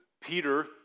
Peter